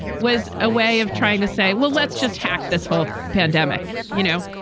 was a way of trying to say, well, let's just hack this whole pandemic. you know,